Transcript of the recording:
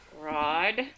Rod